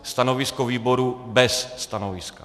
Stanovisko výboru: bez stanoviska.